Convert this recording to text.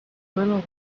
little